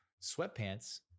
sweatpants